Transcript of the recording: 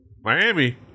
Miami